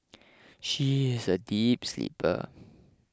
she is a deep sleeper